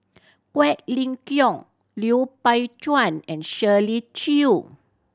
Quek Ling Kiong Lui Pao Chuen and Shirley Chew